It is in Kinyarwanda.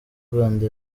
rwanda